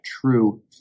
true